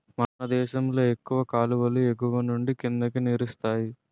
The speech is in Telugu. మనదేశంలో ఎక్కువ కాలువలు ఎగువనుండి కిందకి నీరిస్తాయి